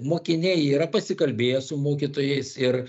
mokiniai yra pasikalbėję su mokytojais ir